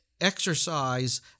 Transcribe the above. exercise